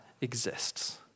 exists